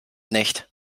nicht